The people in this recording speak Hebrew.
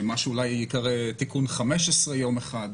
מה שאולי ייקרא תיקון 15 יום אחד,